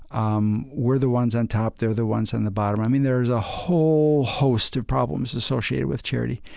um we're the ones on top, they're the ones on the bottom. i mean, there is a whole host of problems associated with charity.